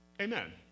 Amen